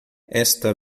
esta